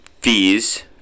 fees